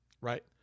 right